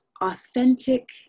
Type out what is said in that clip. authentic